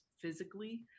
physically